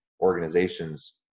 organizations